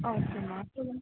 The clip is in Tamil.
ஓகேம்மா சொல்லுங்கள்